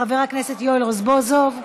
חבר הכנסת יואל רזבוזוב,